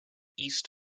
east